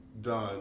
done